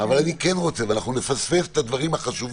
אבל אני כן רוצה, ואנחנו נפספס את הדברים החשובים